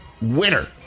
winner